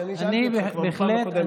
שאני שאלתי אותך כבר בפעם הקודמת.